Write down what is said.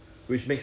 不懂 leh